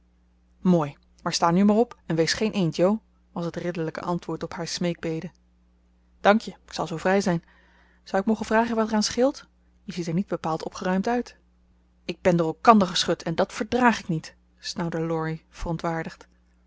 mooi maar sta nu maar op en wees geen eend jo was het ridderlijke antwoord op haar smeekbede dank je k zal zoo vrij zijn zou ik mogen vragen wat er aan scheelt je ziet er niet bepaald opgeruimd uit ik ben door elkander geschud en dat verdrààg ik niet snauwde laurie verontwaardigd